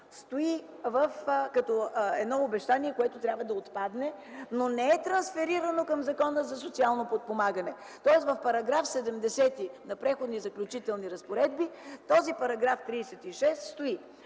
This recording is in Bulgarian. стои като обещание, което трябва да отпадне, но не е трансферирано към Закона за социално подпомагане. Тоест в § 70 на Преходните и заключителни разпоредби този § 36 стои.